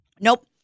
Nope